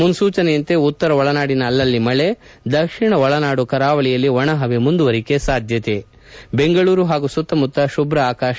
ಮುನ್ಲೂಚನೆಯಂತೆ ಉತ್ತರ ಒಳನಾಡಿನ ಅಲಲ್ಲಿ ಮಳೆ ದಕ್ಷಿಣ ಒಳನಾಡು ಕರಾವಳಿಯಲ್ಲಿ ಒಣ ಹವೆ ಮುಂದುವರಿಕೆ ಸಾಧ್ಯತೆ ಬೆಂಗಳೂರು ಹಾಗೂ ಸುತ್ತಮುತ್ತ ಶುಭ್ರ ಆಕಾಶ